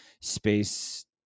space